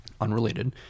unrelated